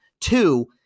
Two